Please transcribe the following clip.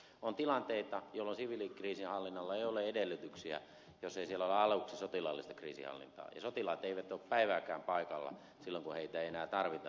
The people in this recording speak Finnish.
on tilanteita jolloin siviilikriisinhallinnalla ei ole edellytyksiä jos ei siellä ole aluksi sotilaallista kriisinhallintaa ja sotilaat eivät ole päivääkään paikalla silloin kun heitä ei enää tarvita